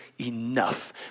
enough